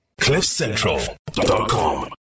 CliffCentral.com